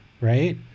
right